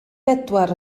bedwar